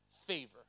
favor